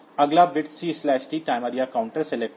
अगला bit CT timer या counter select है